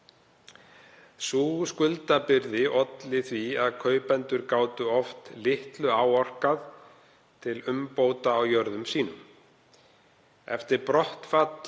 Sú skuldabyrði olli því að kaupendur gátu oft litlu áorkað til umbóta á jörðum sínum. Eftir brottfall